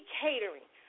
catering